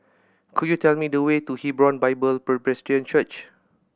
could you tell me the way to Hebron Bible Presbyterian Church